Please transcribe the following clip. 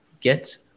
get